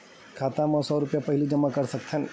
खाता मा सौ रुपिया पहिली जमा कर सकथन?